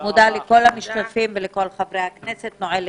הישיבה נעולה.